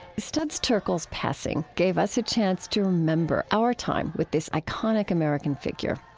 studs terkel's passing gave us a chance to remember our time with this iconic american figure.